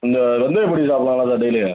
இந்த வெந்தயப் பொடி சாப்பிட்லாமா சார் டெய்லி